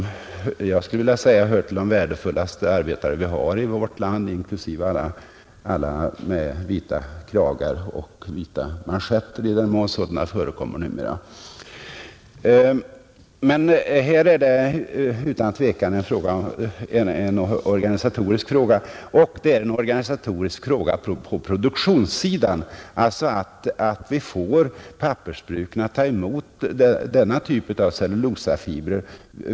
Dessa arbetare tillhör enligt min mening de värdefullaste arbetare vi har här i landet, inklusive alla med vita kragar och manschetter — i den mån manschetter förekommer numera. Här har vi utan tvivel att göra med en organisatorisk fråga på produktionssidan; vi måste få pappersbruken att ta emot denna typ av cellullosafiber.